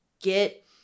get